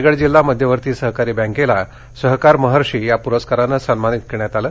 रायगड जिल्हा मध्यवर्ती सहकारी बँकेला सहकारमहर्षी या प्रस्कारानं सन्मानित करण्यात आलं